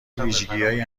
ویژگیهایی